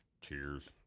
Cheers